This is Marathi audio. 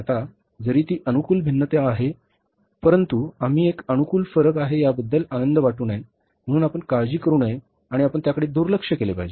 आता जरी ती एक अनुकूल भिन्नता आहे परंतु आम्ही एक अनुकूल फरक आहे याबद्दल आनंद वाटू नये म्हणून आपण काळजी करू नये आणि आपण त्याकडे दुर्लक्ष केले पाहिजे